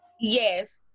Yes